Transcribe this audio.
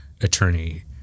attorney